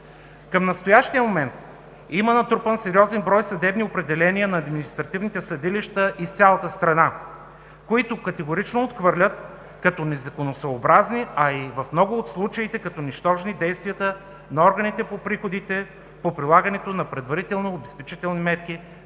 Към настоящия момент има натрупан сериозен брой съдебни определения на административните съдилища из цялата страна, които категорично отхвърлят като незаконосъобразни, а в много от случаите и като нищожни действията на органите по приходите по прилагането на предварителни обезпечителни мерки